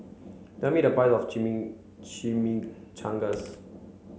tell me the price of Chimichangas